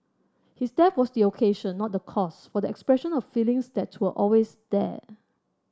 his death was the occasion not the cause for the expression of feelings that were always there